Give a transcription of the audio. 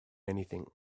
anything